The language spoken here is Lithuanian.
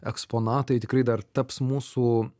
eksponatai tikrai dar taps mūsų